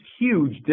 huge